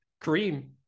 cream